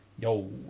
Yo